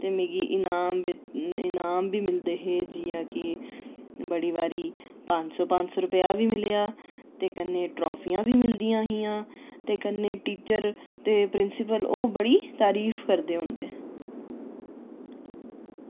ते मिगी इनाम बी मिलदे हे जि'यां की बड़े बारी पंज पंज सौ रपेआ बी मिलेआ ते कन्नै ट्राफियां बी मिलदियां हियां ते कन्नै टीचर ते प्रिंसीपल ओह् बड़ी तारीफ करदे होंदे हे